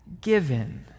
given